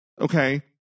Okay